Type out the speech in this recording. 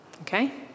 Okay